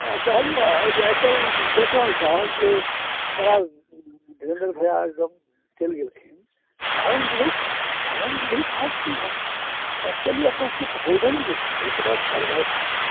कहलियो जे आइ काल्हि देख रहल छहऽ जे बड़ा धिरेन्दर भैया चलि गेलखीन कारण बुझै कारण बुझैत छहऽ किआ एक्च्वली अपना सबके भोजन जे छै से बड़ा गड़बड़ भऽ गेलैया